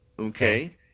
okay